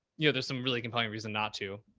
yeah. there's some really compelling reason not to,